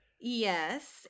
yes